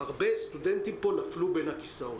הרבה סטודנטים פה נפלו בין הכיסאות.